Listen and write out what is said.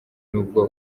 n’ubwo